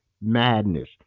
madness